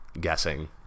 guessing